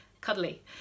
cuddly